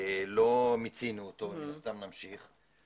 מן הסתם נמשיך.